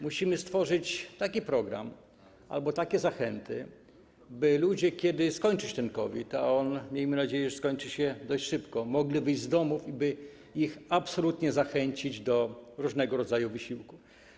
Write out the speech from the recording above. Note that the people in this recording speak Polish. Musimy stworzyć taki program albo takie zachęty, by kiedy skończy się COVID - a on, miejmy nadzieję, skończy się już dość szybko - ludzie mogli wyjść z domów i by ich absolutnie zachęcić do różnego rodzaju wysiłku.